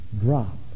drop